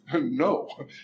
no